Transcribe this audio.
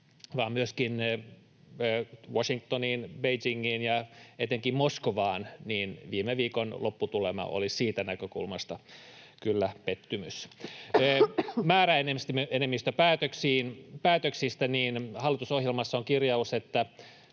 myöskin Washingtoniin, Beijingiin ja etenkin Moskovaan, niin viime viikon lopputulema oli siitä näkökulmasta kyllä pettymys. Määräenemmistöpäätöksistä on hallitusohjelmassa kirjaus, että